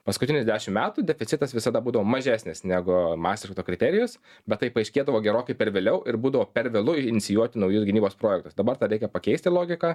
paskutinius dešim metų deficitas visada būdavo mažesnis negu mastrichto kriterijus bet tai paaiškėdavo gerokai per vėliau ir būdavo per vėlu i inicijuoti naujus gynybos projektus dabar tą reikia pakeisti logiką